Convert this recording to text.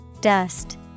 Dust